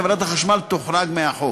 חברת החשמל תוחרג מהחוק.